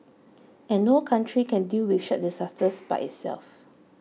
and no country can deal with such disasters by itself